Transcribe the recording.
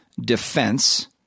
defense